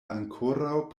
ankoraŭ